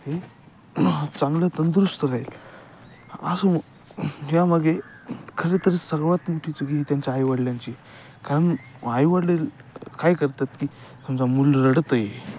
हे चांगलं तंदुरुस्त राहील अजून यामागे खरंतर सर्वात मोठी चूक ही त्यांच्या आईवडलांची आहे कारण आईवडील काय करतात की समजा मूल रडतं आहे